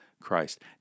Christ